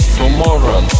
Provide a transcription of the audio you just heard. tomorrow